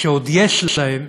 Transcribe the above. שעוד יש להם